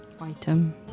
Item